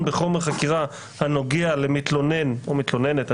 בחומר חקירה הנוגע למתלונן" או מתלוננת,